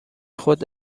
خود